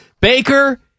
Baker